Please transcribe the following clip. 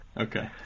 Okay